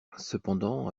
cependant